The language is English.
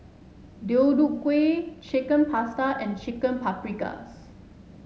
Deodeok Gui Chicken Pasta and Chicken Paprikas